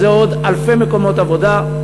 שזה עוד אלפי מקומות עבודה.